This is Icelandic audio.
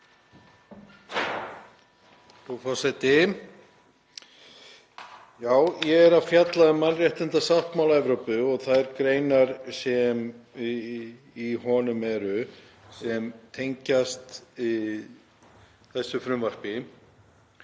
Frú forseti. Ég er að fjalla um mannréttindasáttmála Evrópu og þær greinar í honum sem tengjast þessu frumvarpi.